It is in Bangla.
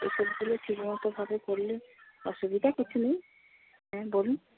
এসবগুলো ঠিকমতোভাবে করলে অসুবিধা কিছু নেই হ্যাঁ বলুন